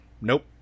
Nope